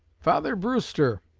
father brewster,